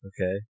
Okay